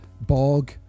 bog